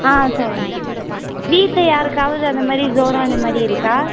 ஆ சொல்லுங்கள் வீட்டில் யாருக்காவது அந்த மாதிரி ஜொரம் அந்த மாதிரி இருக்கா